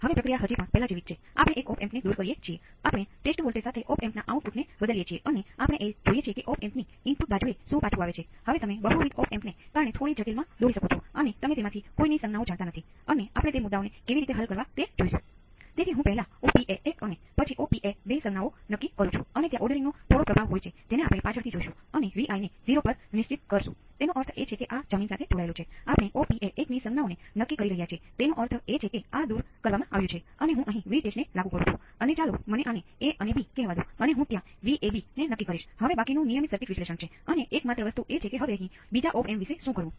હવે કેપેસિટર તાત્કાલિક બદલી શકતું નથી